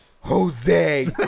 Jose